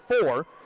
four